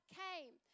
came